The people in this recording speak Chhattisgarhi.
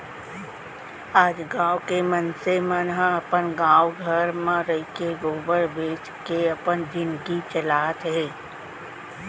आज गॉँव के मनसे मन ह अपने गॉव घर म रइके गोबर बेंच के अपन जिनगी चलात हें